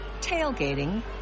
tailgating